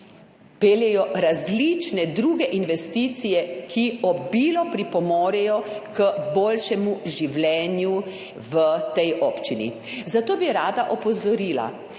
peljejo različne druge investicije, ki obilo pripomorejo k boljšemu življenju v tej občini, zato bi rada opozorila,